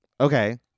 Okay